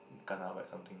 kena by something